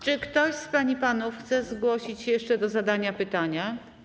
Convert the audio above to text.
Czy ktoś z pań i panów posłów chce zgłosić się jeszcze do zadania pytania?